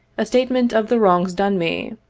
a statement of the wrongs done me,